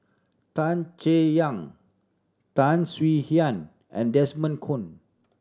Tan Chay Yan Tan Swie Hian and Desmond Kon